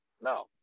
No